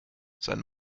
sein